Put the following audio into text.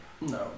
no